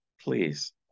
please